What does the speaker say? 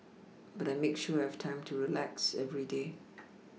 but I make sure I have time to relax every day